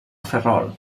ferrol